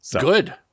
Good